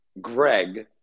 Greg